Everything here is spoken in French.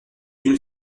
une